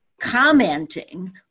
commenting